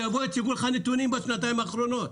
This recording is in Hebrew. שיבואו ויציגו לך נתונים על השנתיים האחרונות.